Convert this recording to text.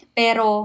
pero